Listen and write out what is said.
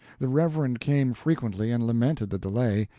the reverend came frequently and lamented the delay,